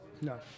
No